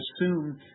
assume